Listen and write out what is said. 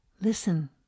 Listen